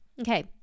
okay